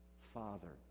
Father